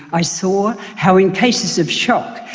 i saw how, in cases of shock,